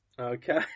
Okay